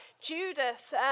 Judas